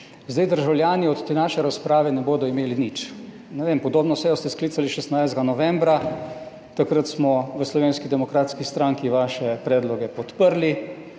Državljani od te naše razprave ne bodo imeli nič. Ne vem. Podobno sejo ste sklicali 16. novembra, takrat smo v Slovenski demokratski stranki vaše predloge podprli